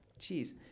jeez